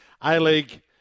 A-League